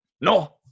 No